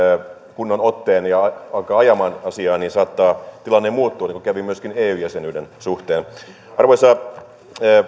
kunnon otteen ja alkaa ajamaan asiaa saattaa tilanne muuttua niin kuin kävi myöskin eu jäsenyyden suhteen arvoisa